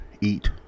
eat